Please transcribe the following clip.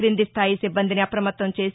క్రిందిస్తాయి సిబ్బందిని అప్పమత్తంచేసి